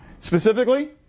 Specifically